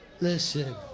listen